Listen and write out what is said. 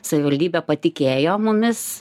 savivaldybė patikėjo mumis